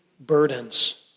burdens